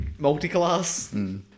Multiclass